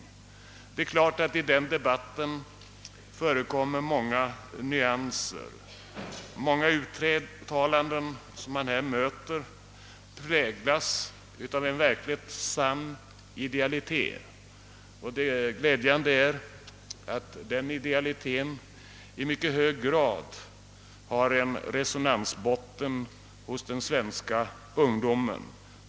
Det är klart att det i denna debatt förekommer - många nyanser. Många uttalanden, som man där möter, präglas av en verkligt sann idealitet, och det glädjande är att denna idealitet i mycket hög grad har resonans hos den svenska ungdomen.